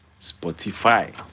spotify